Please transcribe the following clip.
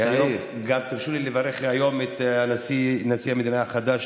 תרשו לברך היום גם את נשיא המדינה החדש,